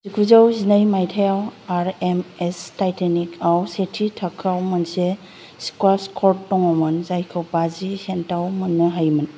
जिगुजौ जिनै माइथायाव आर एम एस टाइटानिक आव सेथि थाखोआव मोनसे स्क्वास कर्ट दङ' मोन जायखौ बाजि सेन्टाव मोननो हायो मोन